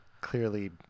Clearly